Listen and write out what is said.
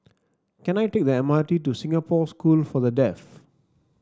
can I take the M R T to Singapore School for the Deaf